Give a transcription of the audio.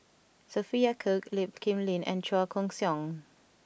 Sophia Cooke Lee Kip Lin and Chua Koon Siong